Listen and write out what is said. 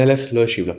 המלך לא השיב לפנייה.